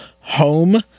home